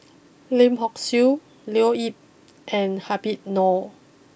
Lim Hock Siew Leo Yip and Habib Noh